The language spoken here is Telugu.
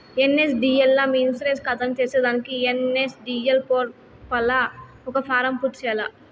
ఎన్.ఎస్.డి.ఎల్ లా మీ ఇన్సూరెన్స్ కాతాని తెర్సేదానికి ఎన్.ఎస్.డి.ఎల్ పోర్పల్ల ఒక ఫారం పూర్తి చేయాల్ల